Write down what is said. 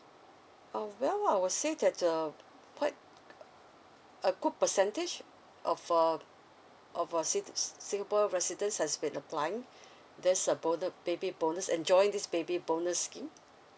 oh well I would say that uh quite a good percentage of uh of uh si~ singapore residents has been applying this uh bonu~ baby bonus enjoying this baby bonus scheme